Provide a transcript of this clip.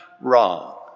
wrong